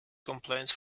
complaints